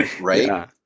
right